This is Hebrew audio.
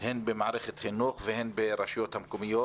הן במערכת החינוך והן ברשויות המקומיות